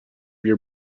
your